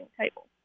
table